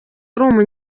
asanzwe